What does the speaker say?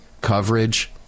coverage